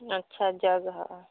अच्छा जगह हइ